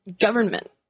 government